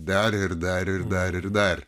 dar ir dar ir dar ir dar